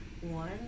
one